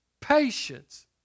patience